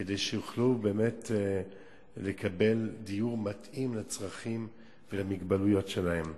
כדי שיוכלו באמת לקבל דיור מתאים לצרכים ולמוגבלויות שלהם.